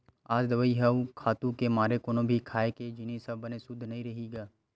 आज दवई अउ खातू के मारे कोनो भी खाए के जिनिस ह बने सुद्ध नइ रहि गे